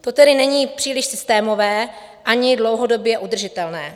To tedy není příliš systémové a ani dlouhodobě udržitelné.